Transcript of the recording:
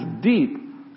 deep